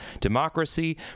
democracy